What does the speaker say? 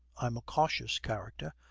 i'm a cautious character,